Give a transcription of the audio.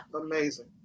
Amazing